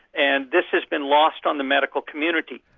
and this has been lost on the medical community.